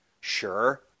Sure